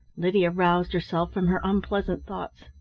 lydia roused herself from her unpleasant thoughts.